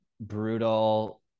brutal